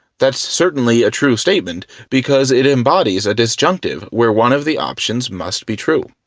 that's certainly a true statement because it embodies a disjunctive where one of the options must be true.